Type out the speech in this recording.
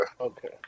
Okay